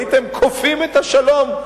הייתם כופים את השלום,